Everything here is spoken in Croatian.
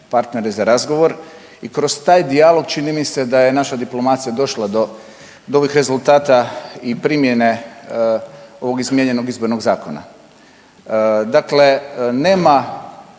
i kroz taj dijalog čini mi se da je naša diplomacija došla do ovih rezultata i primjene ovog izmijenjenog izbornog zakona. Dakle, nema